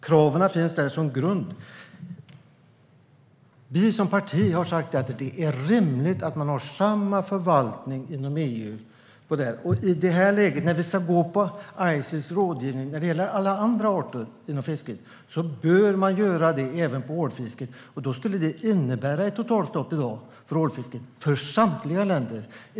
Kraven finns dock där som grund. Vi som parti har sagt att det är rimligt att man har samma förvaltning inom EU. Om man ska gå efter Ices rådgivning när det gäller alla andra arter inom fisket bör man göra det även när det gäller ålfisket. Det skulle innebära ett totalstopp för ålfisket i dag - för samtliga länder.